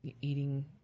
eating